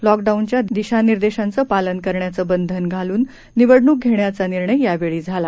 लॉकडाऊनच्या दिशानिर्देशांचं पालन करण्याचं बंधन घालून निवडणूक घेण्याचा निर्णय यावेळी झाला